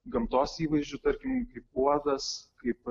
gamtos įvaizdžių tarkim kaip uodas kaip